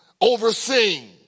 overseeing